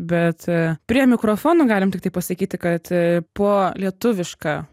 bet prie mikrofonų galim tiktai pasakyti kad po lietuvišką